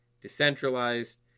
decentralized